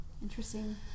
Interesting